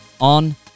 on